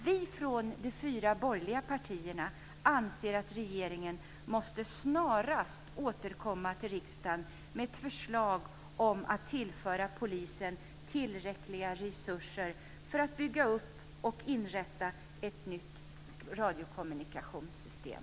Vi från de fyra borgerliga partierna anser att regeringen snarast måste återkomma till riksdagen med ett förslag om att tillföra polisen tillräckliga resurser för att bygga upp och inrätta ett nytt radiokommunikationssystem.